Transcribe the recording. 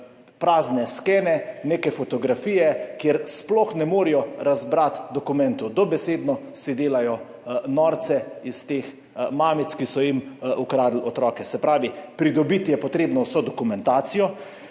prazne skene, neke fotografije, kjer sploh ne morejo razbrati dokumentov. Dobesedno se delajo norca iz teh mamic, ki so jim ukradli otroke. Se pravi, pridobiti je treba vso dokumentacijo,